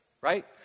right